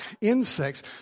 insects